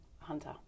Hunter